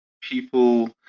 people